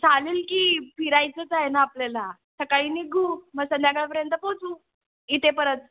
चालेल की फिरायचंच आहे ना आपल्याला सकाळी निघू मग संध्याकाळपर्यंत पोहोचू इथे परत